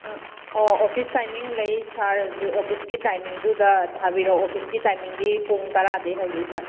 ꯑꯣ office timing ꯂꯩ sir ꯑꯗ ꯑꯣꯐꯤꯁꯀꯤ ꯇꯥꯏꯃꯤꯡꯗꯨꯗ ꯊꯥꯕꯤꯔꯛꯑꯣ ꯑꯣꯐꯤꯁꯀꯤ ꯇꯥꯏꯃꯤꯡꯗꯤ ꯄꯨꯡ ꯇꯔꯥꯗꯩ ꯍꯧꯖꯩ ꯁꯥꯔ